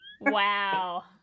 Wow